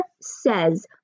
says